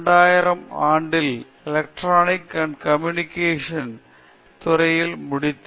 2000 ஆம் ஆண்டில் electronics and communication engineering துறையில் முடித்தேன்